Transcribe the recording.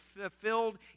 fulfilled